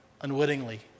unwittingly